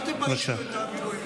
פשוט אל תביישו את המילואימניקים.